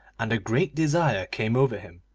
and a great desire came over him,